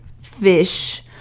fish